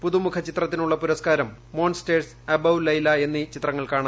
പുതുമുഖ ചിത്രത്തിനുള്ള പുരസ്ക്കാരം മോൺസ്റ്റേഴ്സ് അബൌ ലെയ്ല എന്നീ ചിത്രങ്ങൾക്കാണ്